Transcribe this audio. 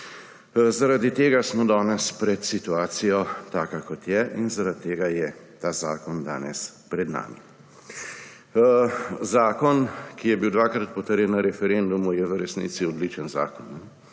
Zaradi tega smo danes pred situacijo, takšno, kot je, in zaradi tega je ta zakon danes pred nami. Zakon, ki je bil dvakrat potrjen na referendumu, je v resnici odličen zakon.